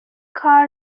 کار